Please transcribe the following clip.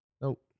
nope